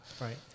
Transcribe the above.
Right